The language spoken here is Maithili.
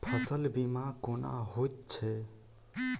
फसल बीमा कोना होइत छै?